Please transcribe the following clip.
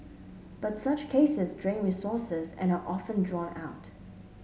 but such cases drain resources and are often drawn out